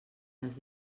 les